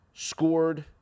scored